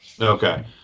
Okay